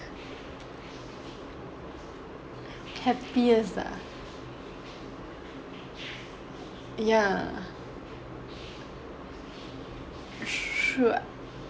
happiest ah ya sure